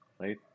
right